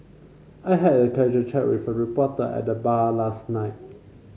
I had a casual chat with a reporter at the bar last night